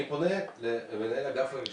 אני פונה למנהל אגף הרישוי.